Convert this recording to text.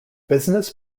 business